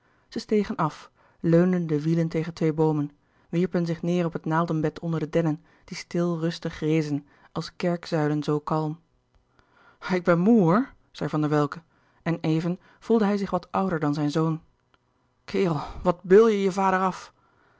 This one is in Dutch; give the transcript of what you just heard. stegen af leunden de wielen tegen twee boomen wierpen zich neêr op het naaldenbed onder de dennen die stil rustig rezen als kerkzuilen zoo kalm ik ben moê hoor zei van der welcke en even voelde hij zich wat ouder dan zijn zoon kerel wat beul je je vader af